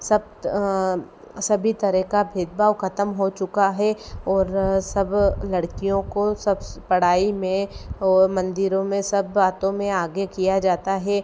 सप्त सभी तरह का भेदभाव खत्म हो चुका है और सब लड़कियों को सब पढ़ाई में और मंदिरों में सब बातों में आगे किया जाता है